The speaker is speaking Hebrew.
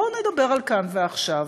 בואו נדבר על כאן ועכשיו.